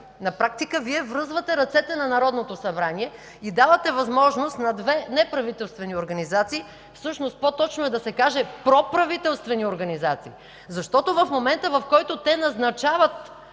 На практика Вие връзвате ръцете на Народното събрание и давате възможност на две неправителствени организации, всъщност по-точно е да се каже проправителствени организации, защото в момента, когато те назначават